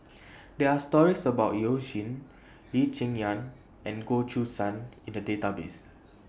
There Are stories about YOU Jin Lee Cheng Yan and Goh Choo San in The Database